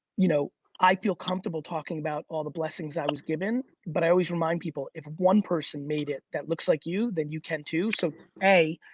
you know i feel comfortable talking about all the blessings i was given, but i always remind people, if one person made it that looks like you, then you can, too so a,